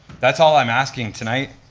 that's all i'm asking tonight.